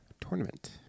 tournament